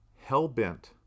hell-bent